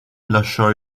lasciò